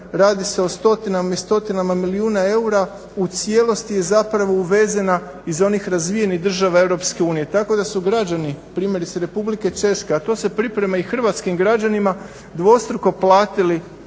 radi se o stotinama i stotinama milijuna eura u cijelosti je zapravo uvezena iz onih razvijenih država EU, tako da su građani primjerice Republike Češke a to se priprema i hrvatskim građanima dvostruko platili